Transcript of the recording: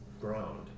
ground